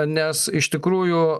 nes iš tikrųjų